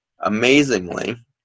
Amazingly